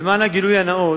למען הגילוי הנאות,